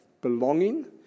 belonging